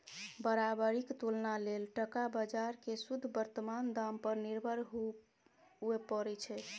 बराबरीक तुलना लेल टका बजार केँ शुद्ध बर्तमान दाम पर निर्भर हुअए परै छै